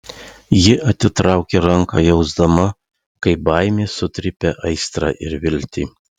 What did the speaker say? ji atitraukė ranką jausdama kaip baimė sutrypia aistrą ir viltį